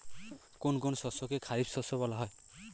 কোন কোন শস্যকে খারিফ শস্য বলা হয়?